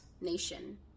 nation